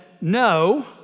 no